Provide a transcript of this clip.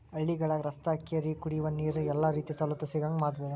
ಹಳ್ಳಿಗಳ ರಸ್ತಾ ಕೆರಿ ಕುಡಿಯುವ ನೇರ ಎಲ್ಲಾ ರೇತಿ ಸವಲತ್ತು ಸಿಗುಹಂಗ ಮಾಡುದ